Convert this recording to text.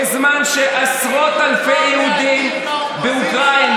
בזמן שעשרות אלפי יהודים באוקראינה,